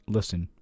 Listen